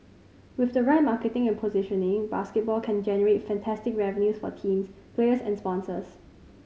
with the right marketing and positioning basketball can generate fantastic revenues for teams players and sponsors